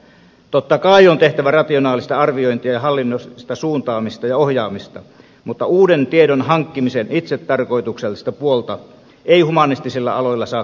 totta kai on tehtävä rationaalista arviointia ja hallinnollista suuntaamista ja ohjaamista mutta uuden tiedon hankkimisen itsetarkoituksellista puolta ei humanistisilla aloilla saa kokonaan kiistää